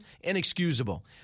Inexcusable